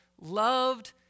loved